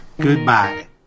Goodbye